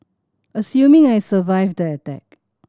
assuming I survived the attack